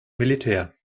militär